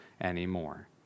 anymore